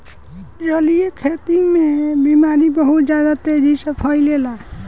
जलीय खेती में बीमारी बहुत ज्यादा तेजी से फइलेला